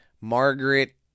Margaret